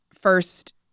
first